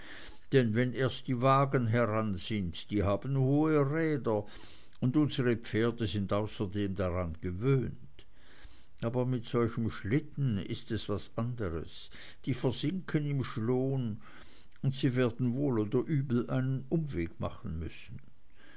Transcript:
denn wenn erst die wagen heran sind die haben hohe räder und unsere pferde sind außerdem daran gewöhnt aber mit solchem schlitten ist es was anderes die versinken im schloon und sie werden wohl oder übel einen umweg machen müssen